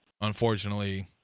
unfortunately